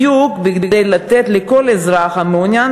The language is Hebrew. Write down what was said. בדיוק כדי לתת לכל אזרח המעוניין